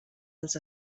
els